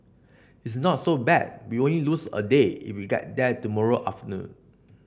it's not so bad we only lose a day if we get there tomorrow afternoon